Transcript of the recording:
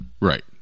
Right